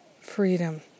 freedom